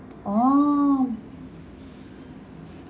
oh